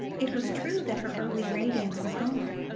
it was true that her early radiance was gone.